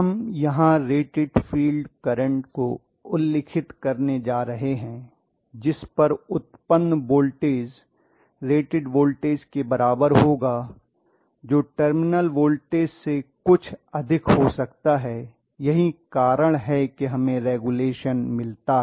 हम यहां rated field current को उल्लिखित करने जा रहे हैं जिस पर उत्पन्न वोल्टेज रेटेड वोल्टेज के बराबर होगा जो टर्मिनल वोल्टेज से कुछ अधिक हो सकता है यही कारण है कि हमें रेगुलेशन मिलता है